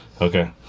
Okay